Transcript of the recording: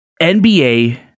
NBA